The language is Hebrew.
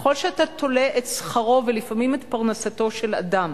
ככל שאתה תולה את שכרו ולפעמים את פרנסתו של אדם